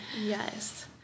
Yes